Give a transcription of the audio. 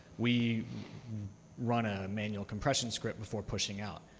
we run a manual compression script before pushing out.